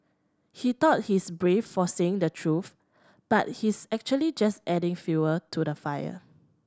he thought he's brave for saying the truth but he's actually just adding fuel to the fire